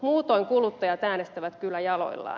muutoin kuluttajat äänestävät kyllä jaloillaan